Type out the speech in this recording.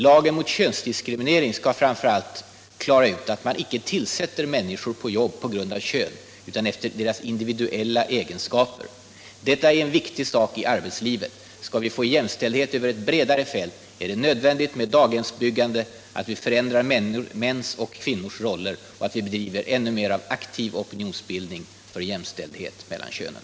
Lagen mot könsdiskriminering skall framför allt klara ut att man icke tillsätter människor på jobb på grund av kön utan efter deras individuella egenskaper. Detta är en viktig sak i arbetslivet. Skall vi få jämställdhet över ett bredare fält är det nödvändigt med daghemsbyggande, att vi förändrar mäns och kvinnors roller och att vi bedriver ännu mer av aktiv opinionsbildning för jämställdhet mellan könen.